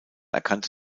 erkannte